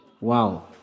Wow